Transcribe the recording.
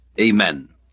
Amen